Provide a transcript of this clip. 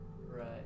Right